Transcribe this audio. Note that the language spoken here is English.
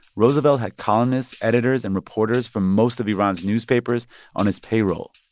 roosevelt had columnists, editors and reporters from most of iran's newspapers on his payroll.